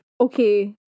Okay